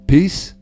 Peace